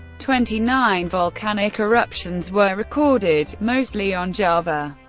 twenty nine volcanic eruptions were recorded, mostly on java.